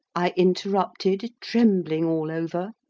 i interrupted, trembling all over.